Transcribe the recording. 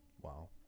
wow